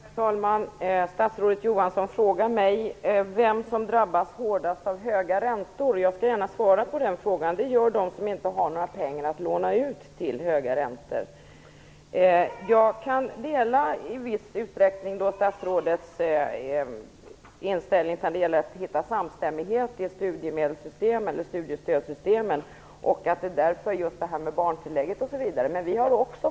Herr talman! Statsrådet Johansson frågar mig vem som drabbas hårdast av höga räntor. Jag skall gärna svara på den frågan. Det gör de som inte har några pengar att låna ut till höga räntor. Jag kan i viss utsträckning dela statsrådets syn när det gäller att finna en samstämmighet i studiemedelssystemen, studiestödssystemen. Här kommer t.ex. barntillägget in.